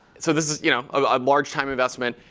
so this is you know a large time investment.